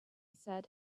said